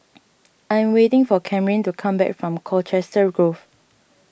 I am waiting for Camryn to come back from Colchester Grove